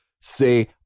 say